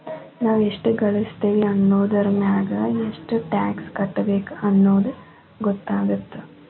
ನಾವ್ ಎಷ್ಟ ಗಳಸ್ತೇವಿ ಅನ್ನೋದರಮ್ಯಾಗ ಎಷ್ಟ್ ಟ್ಯಾಕ್ಸ್ ಕಟ್ಟಬೇಕ್ ಅನ್ನೊದ್ ಗೊತ್ತಾಗತ್ತ